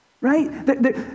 right